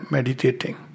Meditating